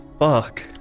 fuck